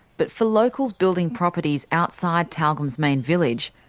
but for locals building properties outside tyalgum's main village,